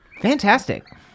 Fantastic